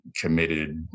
committed